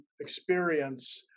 experience